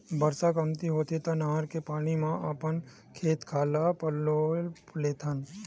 बरसा कमती होथे त नहर के पानी म अपन खेत खार ल पलो लेथन